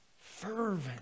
Fervent